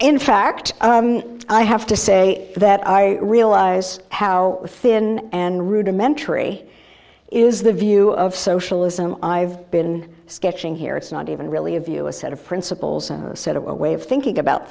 in fact i have to say that i realize how thin and rudimentary is the view of socialism i've been sketching here it's not even really a view a set of principles a set of a way of thinking about